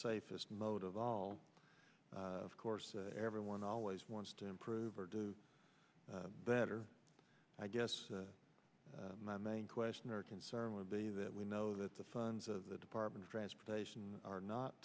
safest mode of all of course everyone always wants to improve or do better i guess my main question or concern would be that we know that the funds of the department of transportation are not